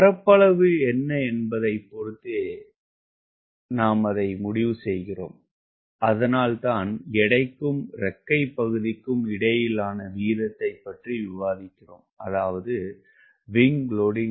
பரப்பளவு என்ன என்பதைப் பொறுத்தே நினைக்கிறோம் அதனால்தான் எடைக்கும் இறக்கை பகுதிக்கும் இடையிலான விகிதத்தைப் பற்றி விவாதிக்கிறோம் அதாவது விங் லோடிங்